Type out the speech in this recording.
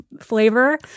flavor